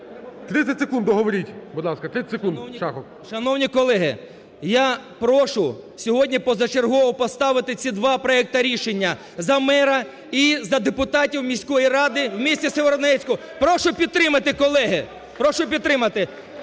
30 секунд договоріть. 30 секунд, Шахов. ШАХОВ С.В. Шановні колеги, я прошу сьогодні позачергово поставити ці два проекти рішення: за мера і за депутатів міської ради у місті Сєвєродонецьку. Прошу підтримати, колеги. Прошу підтримати.